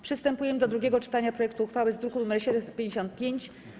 Przystępujemy do drugiego czytania projektu uchwały z druku nr 755.